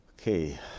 Okay